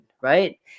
right